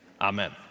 amen